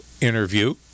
interview